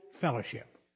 fellowship